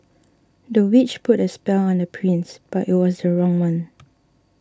the witch put a spell on the prince but it was the wrong one